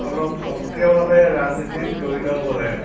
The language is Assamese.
অলপ সক্ৰিয়ভাৱে ৰাজনীতিত জড়িত হ'ব লাগে